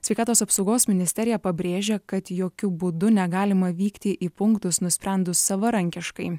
sveikatos apsaugos ministerija pabrėžia kad jokiu būdu negalima vykti į punktus nusprendus savarankiškai